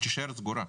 תישאר סגורה.